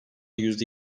yüzde